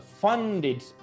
funded